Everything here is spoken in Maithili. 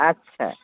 अच्छा